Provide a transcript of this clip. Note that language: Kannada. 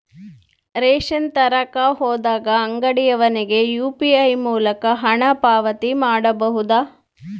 ರೇಷನ್ ತರಕ ಹೋದಾಗ ಅಂಗಡಿಯವನಿಗೆ ಯು.ಪಿ.ಐ ಮೂಲಕ ಹಣ ಪಾವತಿ ಮಾಡಬಹುದಾ?